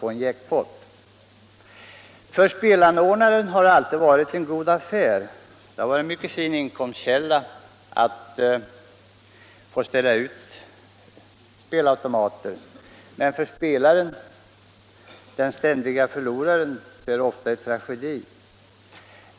För spelanordnaren har den enarmade banditen alltid varit en god affär — det har varit en mycket stor inkomstkälla att få ställa upp spelautomater — men för spelaren, den ständige förloraren, har det ofta blivit en tragedi.